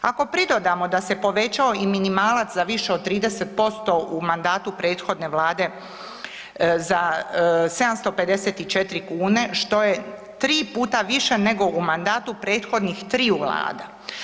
Ako pridodamo da se povećao i minimalan za više od 30% u mandatu prethodne Vlade za 754 kune, što je 3 puta više nego u mandatu prethodnih triju vlada.